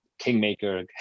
Kingmaker